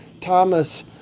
Thomas